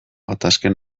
gatazken